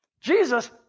Jesus